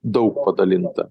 daug padalinta